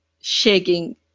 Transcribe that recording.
shaking